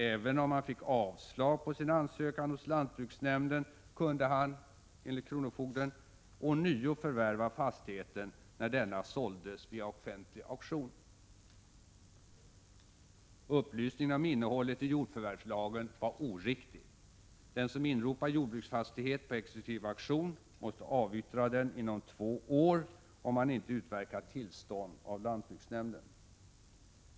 Även om han fick avslag på sin ansökan hos lantbruksnämnden, kunde han — enligt kronofogden — ånyo förvärva fastigheten när denna såldes vid offentlig auktion. Upplysningen om innehållet i jordförvärvslagen var oriktig. Den som inropar jordbruksfastighet på exekutiv auktion måste avyttra den inom två år, om han ej utverkat tillstånd av lantbruksnämnden.